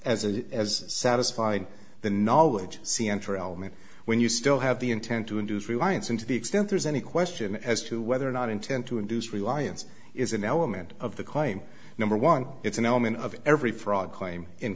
early as satisfied the knowledge see enter element when you still have the intent to induce reliance and to the extent there's any question as to whether or not intent to induce reliance is an element of the claim number one it's an element of every fraud claim in